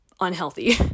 Unhealthy